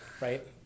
right